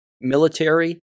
military